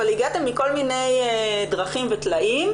אבל הגעתם מכל מיני דרכים וטלאים,